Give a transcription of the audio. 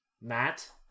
Matt